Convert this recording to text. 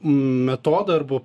metodą arba